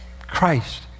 Christ